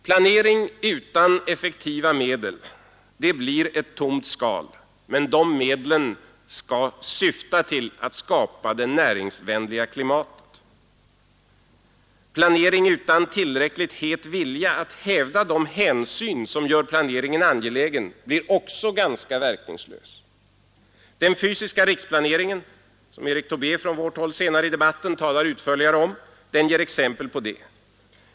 Planering utan effektiva medel blir ett tomt skal, men de medlen skall syfta till att skapa det näringsvänliga klimatet. Planering utan tillräckligt het vilja att hävda de hänsyn som gör planeringen angelägen blir också ganska verkningslös. Den fysiska riksplaneringen — som Erik Tobé senare i debatten talar utförligare om — ger exempel på det.